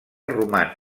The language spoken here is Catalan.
roman